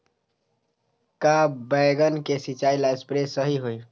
का बैगन के सिचाई ला सप्रे सही होई?